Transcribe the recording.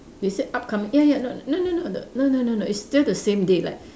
they say upcoming ya ya not no no no the no no no no it's still the same day like